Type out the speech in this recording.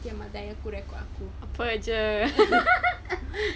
nanti record aku